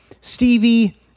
Stevie